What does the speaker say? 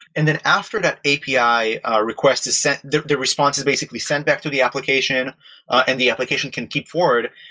and then after that api ah request is sent, the the response is basically sent back to the application and the application can keep forward.